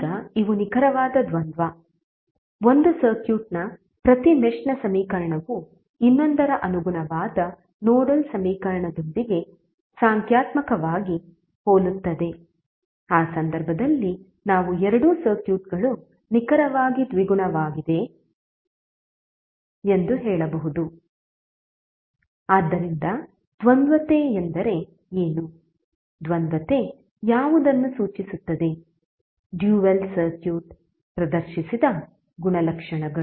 ಈಗ ಇವು ನಿಖರವಾದ ದ್ವಂದ್ವ ಒಂದು ಸರ್ಕ್ಯೂಟ್ನ ಪ್ರತಿ ಮೆಶ್ ನ ಸಮೀಕರಣವು ಇನ್ನೊಂದರ ಅನುಗುಣವಾದ ನೋಡಲ್ ಸಮೀಕರಣದೊಂದಿಗೆ ಸಂಖ್ಯಾತ್ಮಕವಾಗಿ ಹೋಲುತ್ತದೆ ಆ ಸಂದರ್ಭದಲ್ಲಿ ನಾವು ಎರಡೂ ಸರ್ಕ್ಯೂಟ್ಗಳು ನಿಖರವಾಗಿ ದ್ವಿಗುಣವಾಗಿವೆ ಎಂದು ಹೇಳಬಹುದು ಆದ್ದರಿಂದ ದ್ವಂದ್ವತೆ ಎಂದರೆ ಏನು ದ್ವಂದ್ವತೆ ಯಾವುದನ್ನೂ ಸೂಚಿಸುತ್ತದೆ ಡ್ಯುಯಲ್ ಸರ್ಕ್ಯೂಟ್ ಪ್ರದರ್ಶಿಸಿದ ಗುಣಲಕ್ಷಣಗಳು